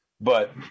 but-